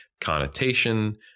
connotation